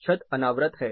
छत अनावृत है